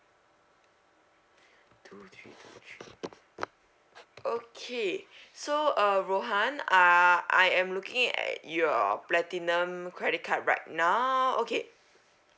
okay so uh rohan uh I am looking at your platinum credit card right now okay